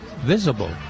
visible